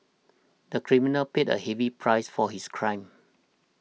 the criminal paid a heavy price for his crime